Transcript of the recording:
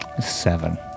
seven